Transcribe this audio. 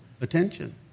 attention